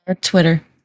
twitter